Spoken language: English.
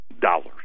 dollars